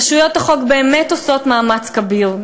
רשויות החוק באמת עושות מאמץ כביר,